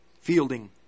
fielding